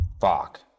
Fuck